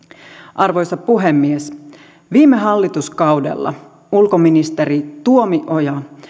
arvoisa puhemies viime hallituskaudella ulkoministeri tuomioja